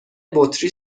بطری